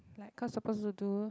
like cause supposed to do